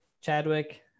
chadwick